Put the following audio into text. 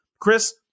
Chris